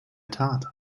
tat